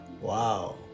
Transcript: Wow